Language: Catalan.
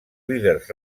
líders